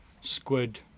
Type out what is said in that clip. squid